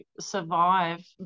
survive